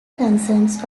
concerns